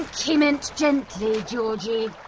he meant gently, georgie.